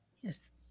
Yes